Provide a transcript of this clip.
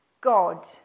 God